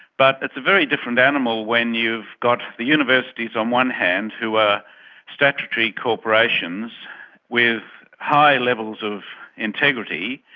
but it's a very different animal when you've got the universities on one hand, who are statutory corporations with high levels of integrity,